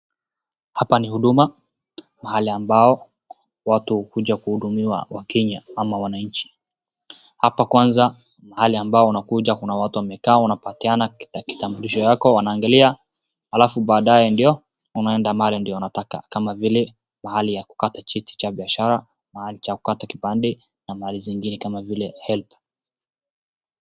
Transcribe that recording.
Hapa ni huduma, mahali ambao watu hukuja kuhudumiwa wakenya ama wananchi, hapa kwanza ni mahali ambao unakuja kuna watu wamekaa unapatiana kitambulisho yako wanaangalia halafu baadaye ndo unaenda mahali ndio unataka kama vile mahali ya kukata cheti cha biashara, mahali cha kukata kipande na mahali zingine kama vile Helb.